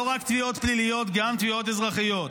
לא רק תביעות פליליות, גם תביעות אזרחיות.